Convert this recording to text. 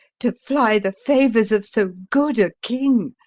to fly the favours of so good a king,